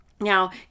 Now